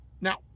Now